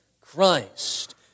Christ